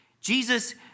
Jesus